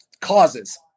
causes